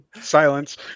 Silence